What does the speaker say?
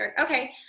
okay